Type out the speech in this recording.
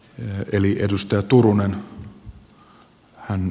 sen jälkeen debatti